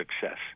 success